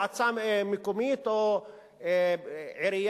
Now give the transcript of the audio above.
מועצה מקומית או עירייה,